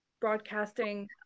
broadcasting